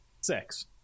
Six